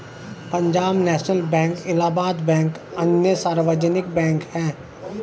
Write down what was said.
Punjab national bank Allahabad bank अन्य सार्वजनिक bank है